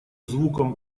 звуком